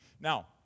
Now